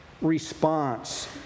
response